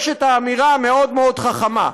יש את האמירה המאוד-מאוד חכמה: